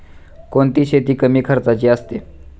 कोणती शेती कमी खर्चाची असते?